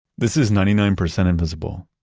this is ninety nine percent invisible.